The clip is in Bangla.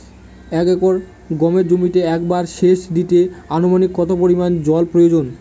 এক একর গমের জমিতে একবার শেচ দিতে অনুমানিক কত পরিমান জল প্রয়োজন?